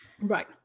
right